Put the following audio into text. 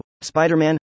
Spider-Man